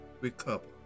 recover